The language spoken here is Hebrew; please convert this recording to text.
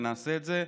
ונעשה את זה,